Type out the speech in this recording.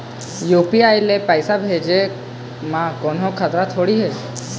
UPI ले पैसे भेजे म कोन्हो खतरा थोड़ी हे?